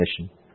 mission